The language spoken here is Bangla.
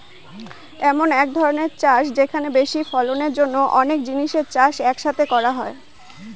এমন এক ধরনের চাষ যেখানে বেশি ফলনের জন্য অনেক জিনিসের চাষ এক সাথে করা হয়